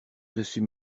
dessus